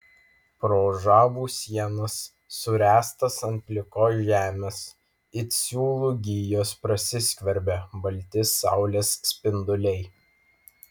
pro žabų sienas suręstas ant plikos žemės it siūlų gijos prasiskverbė balti saulės spinduliai